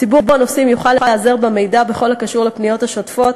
ציבור הנוסעים יוכל להיעזר במידע בכל הקשור לפניות השוטפות,